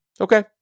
Okay